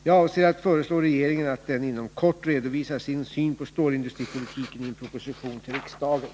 Jag avser att föreslå regeringen att den inom kort redovisar sin syn på stålindustripolitiken i en proposition till riksdagen.